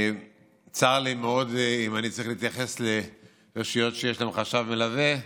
צר לי מאוד אם אני צריך להתייחס לרשויות שיש להן חשב מלווה.